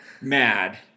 mad